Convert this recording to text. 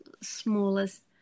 smallest